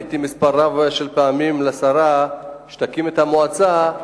ופניתי מספר רב של פעמים לשרה שתקים את המועצה,